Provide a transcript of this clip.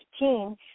2015